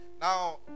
Now